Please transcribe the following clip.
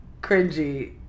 cringy